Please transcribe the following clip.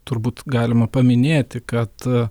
turbūt galima paminėti kad